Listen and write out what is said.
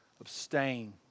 Abstain